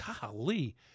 golly